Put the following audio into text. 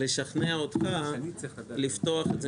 אני רוצה בכל זאת לנסות לשכנע אותך לפתוח את זה